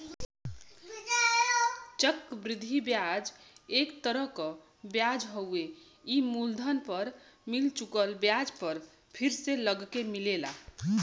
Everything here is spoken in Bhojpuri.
चक्र वृद्धि ब्याज एक तरह क ब्याज हउवे ई मूलधन पर मिल चुकल ब्याज पर फिर से लगके मिलेला